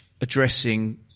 addressing